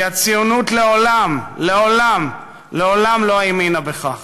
כי הציונות לעולם לעולם לעולם לא האמינה בכך.